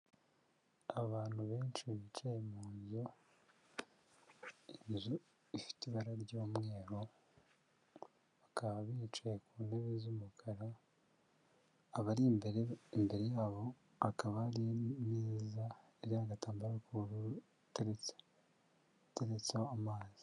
Abantu benshi bicaye mu nzu ifite ibara ry'umweru, bakaba bicaye ku ntebe z'umukara, abari imbere, imbere yabo hakaba hari imeza iriho agatambaro k'ubururu iteretseho amazi.